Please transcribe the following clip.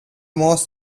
most